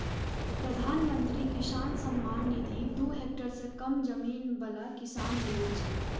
प्रधानमंत्री किसान सम्मान निधि दू हेक्टेयर सं कम जमीन बला किसान लेल छै